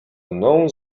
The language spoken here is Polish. mną